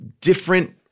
different